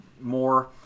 more